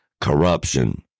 corruption